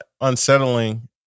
unsettling